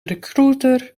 recruiter